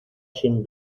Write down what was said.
sin